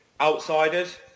outsiders